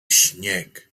śnieg